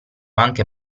anche